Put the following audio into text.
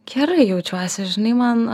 gerai jaučiuosi žinai man